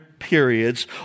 periods